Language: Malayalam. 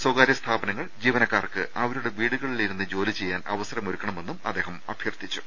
സ്വകാര്യ സ്ഥാപനങ്ങൾ ജീവനക്കാർക്ക് അവരുടെ വീടു കളിൽ ഇരുന്ന് ജോലി ചെയ്യാൻ അവസരമൊരുക്കണ മെന്നും അദ്ദേഹം അഭ്യർത്ഥിച്ചു